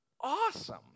awesome